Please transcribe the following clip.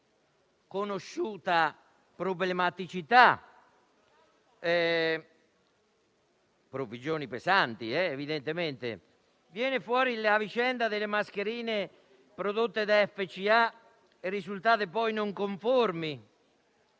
conosciuta problematicità (provvigioni pesanti, evidentemente). Viene fuori la vicenda delle mascherine prodotte da FCA e risultate poi non conformi.